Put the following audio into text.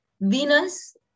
Venus